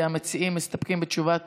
המציעים, מסתפקים בתשובת